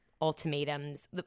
ultimatums